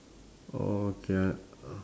okay I